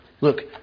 Look